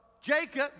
Jacob